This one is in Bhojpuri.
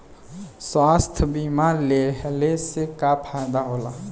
स्वास्थ्य बीमा लेहले से का फायदा होला?